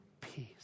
peace